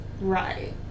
Right